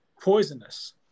poisonous